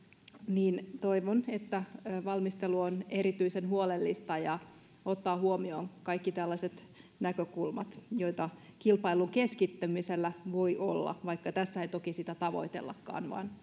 niin toivon että valmistelu on erityisen huolellista ja ottaa huomioon kaikki tällaiset näkökulmat joita kilpailun keskittämisellä voi olla vaikka tässä ei toki sitä tavoitellakaan vaan